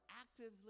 actively